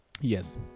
Yes